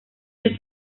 del